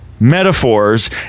metaphors